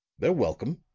they're welcome,